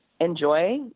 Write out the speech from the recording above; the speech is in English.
enjoy